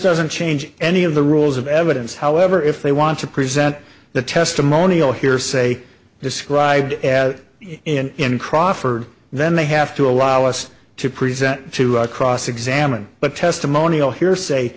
doesn't change any of the rules of evidence however if they want to present the testimonial hearsay described in crawford then they have to allow us to present to cross examine but testimonial hearsay